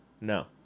No